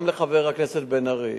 גם לחבר הכנסת בן-ארי: